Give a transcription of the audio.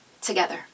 together